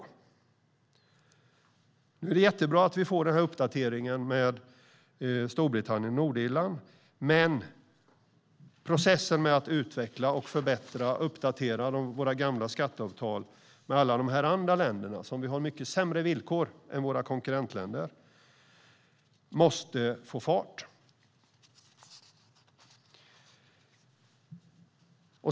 Det är jättebra att vi får uppdateringen med Storbritannien och Nordirland, men processen med att utveckla, förbättra och uppdatera våra gamla skatteavtal med alla de andra länderna, som vi har mycket sämre villkor med än våra konkurrentländer, måste få fart.